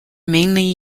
mainly